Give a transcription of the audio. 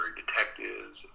detectives